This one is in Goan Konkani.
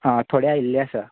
आ थोडे आयिल्ले आसा